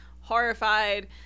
horrified